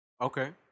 Okay